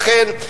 לכן,